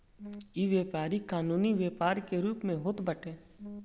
इ व्यापारी कानूनी व्यापार के रूप में होत बाटे